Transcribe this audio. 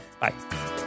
Bye